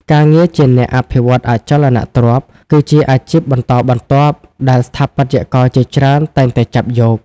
ការងារជាអ្នកអភិវឌ្ឍន៍អចលនទ្រព្យ គឺជាអាជីពបន្តបន្ទាប់ដែលស្ថាបត្យករជាច្រើនតែងតែចាប់យក។